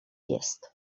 jest